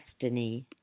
destiny